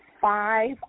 five